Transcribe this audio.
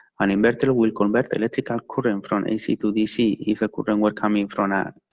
an inverter will convert electrical current from ac to dc if a current were coming from